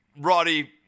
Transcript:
Roddy